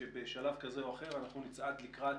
שבשלב כזה או אחר, אנחנו נצעד לקראת